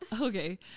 Okay